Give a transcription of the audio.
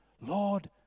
Lord